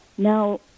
Now